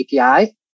API